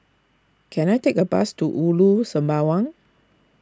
can I take a bus to Ulu Sembawang